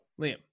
Liam